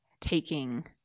taking